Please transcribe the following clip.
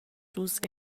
dus